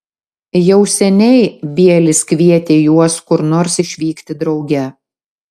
jau seniai bielis kvietė juos kur nors išvykti drauge